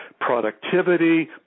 productivity